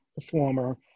performer